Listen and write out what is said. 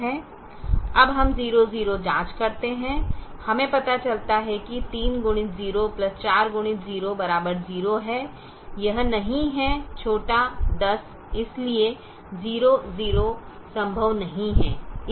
अब हम 00जांच करते हैं हमें पता चलता है कि 3x0 4x0 0 है यह नहीं है 10 इसलिए 00संभव नहीं है